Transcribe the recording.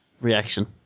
Reaction